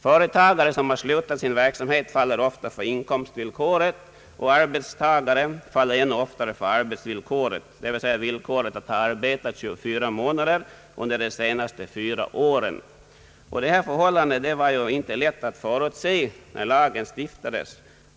Företagare som slutar sin verksamhet faller ofta för inkomstvillkoret, och arbetstagare faller ännu oftare för arbetsvillkoret, dvs. kravet på att ha arbetat 24 månader under de senaste tre åren. Detta förhållande var inte lätt att förutse då lagen stiftades.